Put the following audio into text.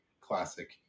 classic